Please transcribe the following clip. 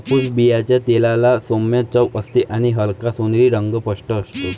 कापूस बियांच्या तेलाला सौम्य चव असते आणि हलका सोनेरी रंग स्पष्ट असतो